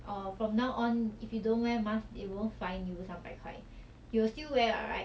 some people 一定不会带 and you never know 他们去哪里 meet 谁 whether 他们有没有 COVID